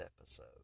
episode